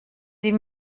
wie